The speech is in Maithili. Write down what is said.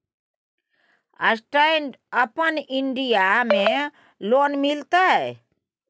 स्टैंड अपन इन्डिया में लोन मिलते?